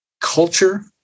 culture